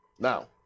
Now